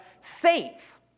saints